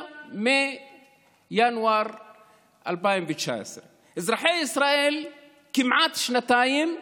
בינואר 2019. אזרחי ישראל כמעט שנתיים,